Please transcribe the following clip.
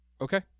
Okay